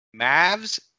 Mavs